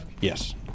Yes